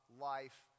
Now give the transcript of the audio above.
life